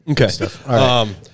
Okay